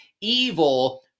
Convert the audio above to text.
evil